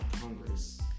Congress